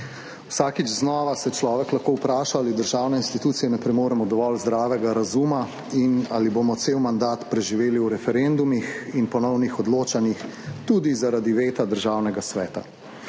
Vsakič znova se človek lahko vpraša ali državne institucije ne premoremo dovolj zdravega razuma in ali bomo cel mandat preživeli v referendumih in ponovnih odločanjih. Tudi zaradi veta Državnega sveta.